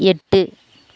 எட்டு